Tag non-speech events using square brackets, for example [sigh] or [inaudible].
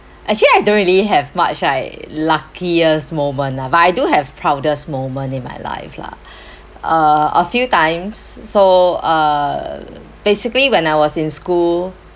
actually I don't really have much like luckiest moment lah but I do have proudest moment in my life lah [breath] uh a few times so uh basically when I was in school